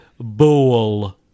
bowl